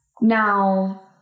now